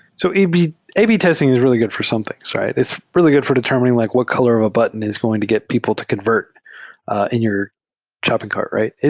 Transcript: so ab ab testing is really good for something, right? it's really good for determining like what color of a button is going to get people to convert in your shopping cart, right?